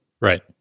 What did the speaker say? Right